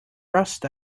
rust